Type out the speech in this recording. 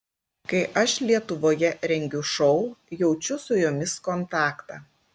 kai aš lietuvoje rengiu šou jaučiu su jumis kontaktą